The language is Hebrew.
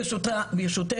ברשותך,